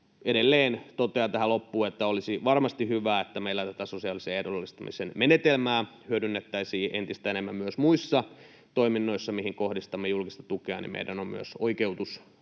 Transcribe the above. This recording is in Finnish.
Edelleen totean tähän loppuun, että olisi varmasti hyvä, että meillä tätä sosiaalisen ehdollisuuden menetelmää hyödynnettäisiin entistä enemmän myös muissa toiminnoissa, mihin kohdistamme julkista tukea. Meillä on silloin myös oikeutus